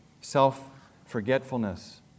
self-forgetfulness